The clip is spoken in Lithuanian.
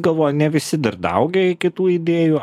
galvojo ne visi dar daaugę iki tų idėjų